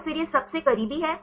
तो फिर यह सबसे करीबी है